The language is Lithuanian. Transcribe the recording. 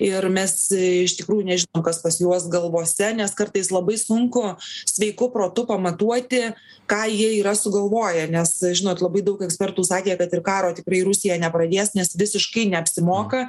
ir mes iš tikrųjų nežinom kas pas juos galvose nes kartais labai sunku sveiku protu pamatuoti ką jie yra sugalvoję nes žinot labai daug ekspertų sakė kad ir karo tikrai rusija nepradės nes visiškai neapsimoka